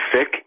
sick